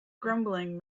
grumbling